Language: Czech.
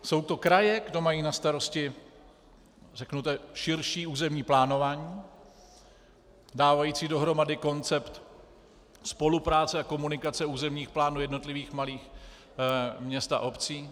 Jsou to kraje, co mají na starosti širší územní plánování, dávající dohromady koncept spolupráce a komunikace územních plánů jednotlivých malých měst a obcí.